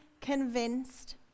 convinced